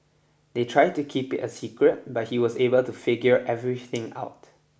they tried to keep it a secret but he was able to figure everything out